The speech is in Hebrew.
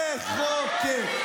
לחוקק.